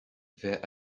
their